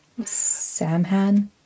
Samhan